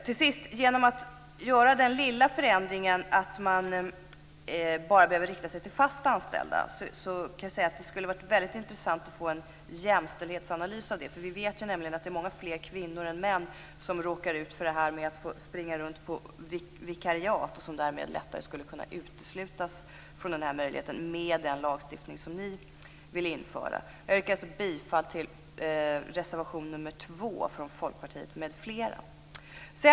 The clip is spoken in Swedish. Till sist skulle det vara mycket intressant att få en jämställdhetsanalys av den lilla förändringen att man enbart behöver rikta sig till fast anställda. Vi vet nämligen att det är många fler kvinnor än män som råkar ut för att springa runt på vikariat. De skulle därmed lättare kunna uteslutas från den här möjligheten med den lagstiftning som ni vill införa. Jag yrkar alltså bifall till reservation nr 2 från Folkpartiet m.fl.